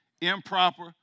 Improper